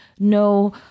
No